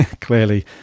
clearly